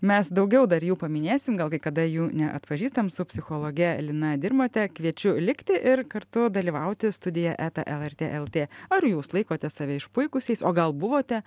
mes daugiau dar jų paminėsim gal kai kada jų neatpažįstam su psichologe lina dirmote kviečiu likti ir kartu dalyvauti studija eta lrt el tė ar jūs laikote save išpuikusiais o gal buvote